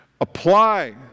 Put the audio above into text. Apply